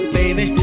baby